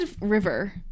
river